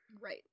Right